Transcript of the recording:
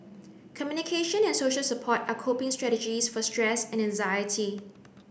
communication and social support are coping strategies for stress and anxiety